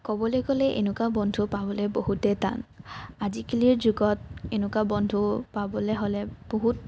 কব'লৈ গ'লে এনেকুৱা বন্ধু পাবলৈ বহুতেই টান আজিকালিৰ যুগত এনেকুৱা বন্ধু পাবলৈ হ'লে বহুত